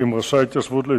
אדוני היושב-ראש,